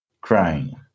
crying